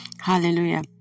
hallelujah